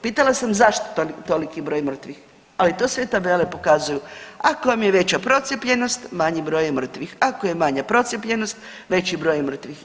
Pitala sam zašto toliki broj mrtvih, ali to sve tabele pokazuju, ako vam je veća procijepljenost manji broj je mrtvih, ako je manja procijepljenost veći broj je mrtvih.